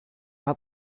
hat